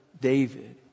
David